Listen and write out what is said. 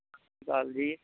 ਸਤਿ ਸ਼੍ਰੀ ਅਕਾਲ ਜੀ